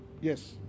Yes